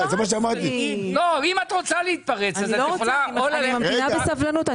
הועדה, אני ממתינה בסבלנות.